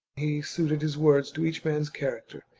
he suited his words to each man's character,